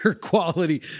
quality